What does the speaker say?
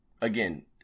again